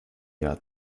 jahr